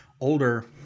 older